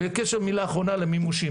מילה אחרונה למימושים